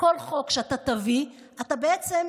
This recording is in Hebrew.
כל חוק שאתה תביא, אתה בעצם,